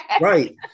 Right